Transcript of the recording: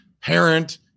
parent